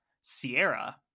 sierra